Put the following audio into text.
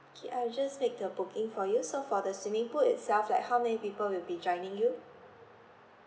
K I will just make the booking for you so for the swimming pool itself like how many people will be joining you